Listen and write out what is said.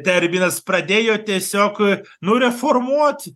terminas pradėjo tiesiog nu reformuot